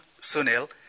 Sunil